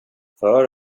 för